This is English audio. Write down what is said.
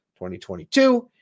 2022